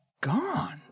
gone